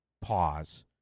pause